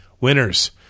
Winners